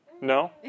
no